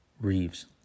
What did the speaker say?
Reeves